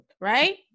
right